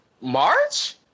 March